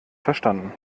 verstanden